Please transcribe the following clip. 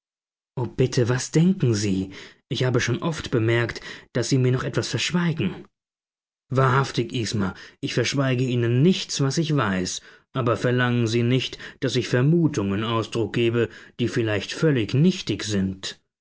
o bitte was denken sie ich habe schon oft bemerkt daß sie mir noch etwas verschweigen wahrhaftig isma ich verschweige ihnen nichts was ich weiß aber verlangen sie nicht daß ich vermutungen ausdruck gebe die vielleicht völlig nichtig sind